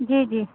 جی جی